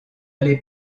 les